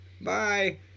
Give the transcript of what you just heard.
bye